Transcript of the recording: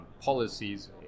policies